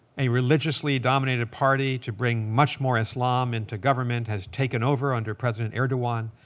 a religiously dominated party to bring much more islam into government has taken over under president erdogan.